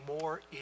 more